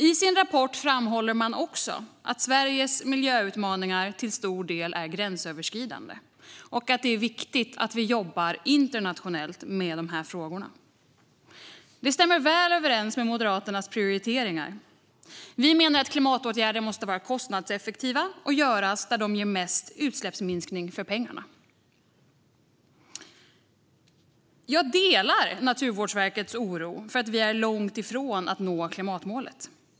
I sin rapport framhåller man även att Sveriges miljöutmaningar till stor del är gränsöverskridande och att det är viktigt att vi jobbar internationellt med dessa frågor. Det stämmer väl överens med Moderaternas prioriteringar. Vi menar att klimatåtgärder måste vara kostnadseffektiva och göras där de ger mest utsläppsminskning för pengarna. Jag delar Naturvårdsverkets oro för att vi är långt ifrån att nå klimatmålet.